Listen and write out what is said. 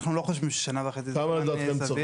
אנחנו לא חושבים ששנה וחצי זה זמן סביר.